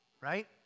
right